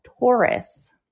Taurus